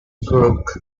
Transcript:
crook